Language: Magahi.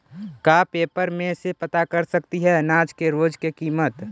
का पेपर में से पता कर सकती है अनाज के रोज के किमत?